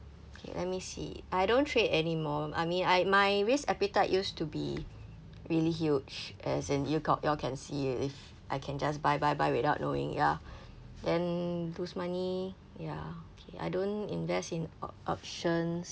okay let me see I don't trade anymore I mean I my risk appetite used to be really huge as in you you all can see with this I can just buy buy buy without knowing it lah then lose money ya okay I don't invest in o~ options